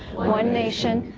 one nation,